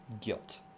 Guilt